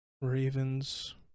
Ravens